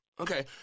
Okay